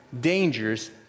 dangers